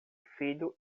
filho